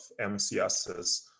MCSs